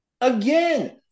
Again